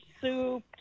soup